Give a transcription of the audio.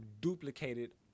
duplicated